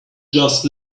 just